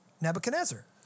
Nebuchadnezzar